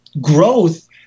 growth